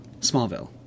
Smallville